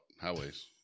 highways